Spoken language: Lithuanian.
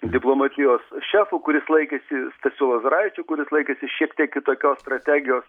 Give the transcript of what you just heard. diplomatijos šefu kuris laikėsi stasiu lozoraičiu kuris laikėsi šiek tiek kitokios strategijos